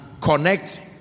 connect